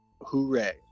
hooray